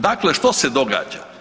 Dakle, što se događa?